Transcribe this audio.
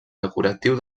decoratiu